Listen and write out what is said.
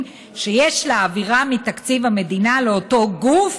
שיש להעבירם מתקציב המדינה לאותו גוף.